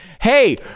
Hey